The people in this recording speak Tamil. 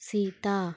சீதா